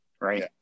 Right